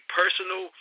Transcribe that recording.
personal